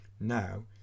Now